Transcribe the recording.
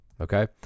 okay